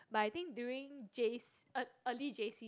but I think during J_C early j_c